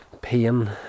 pain